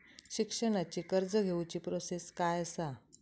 शिक्षणाची कर्ज घेऊची प्रोसेस काय असा?